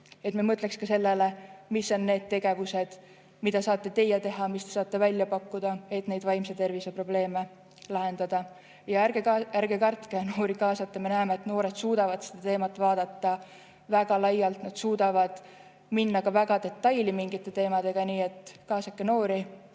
peaksime mõtlema ka sellele, mis on need tegevused, mida saate teie teha, mis te saate välja pakkuda, et neid vaimse tervise probleeme lahendada. Ja ärge kartke noori kaasata. Me näeme, et noored suudavad seda teemat vaadata väga laialt, nad suudavad minna ka väga detaili mingite teemadega, nii et kaasake noori.